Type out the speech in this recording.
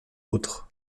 autres